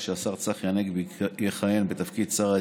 שהשר צחי הנגבי יכהן בתפקיד שר ההתיישבות,